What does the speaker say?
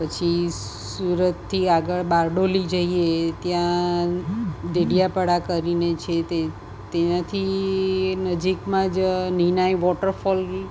પછી સુરતથી આગળ બારડોલી જઈએ ત્યાં ડેડીયાપાડા કરીને છે તે તેનાથી એ નજીકમાં જ નીનાય વૉટરફોલ